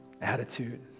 attitude